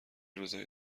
روزایی